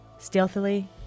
Stealthily